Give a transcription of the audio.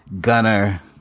gunner